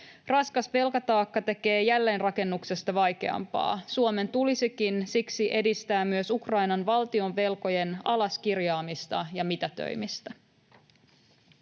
raskas velkataakka tekee jälleenrakennuksesta vaikeampaa. Suomen tulisikin siksi edistää myös Ukrainan valtionvelkojen alaskirjaamista ja mitätöimistä.